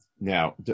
Now